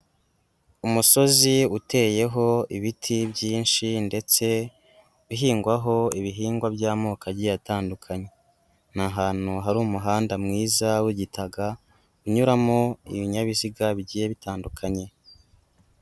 Umusozi uteyeho ibiti byinshi ndetse uhingwaho ibihingwa by'amoko agiye atandukanye. Ni ahantu hari umuhanda mwiza w'igitaka, unyuramo ibinyabiziga bigiye bitandukanye.